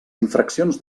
infraccions